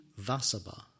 Vasabha